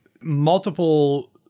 multiple